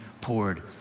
poured